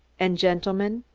and, gentlemen,